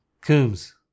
Combs